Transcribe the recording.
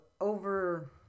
over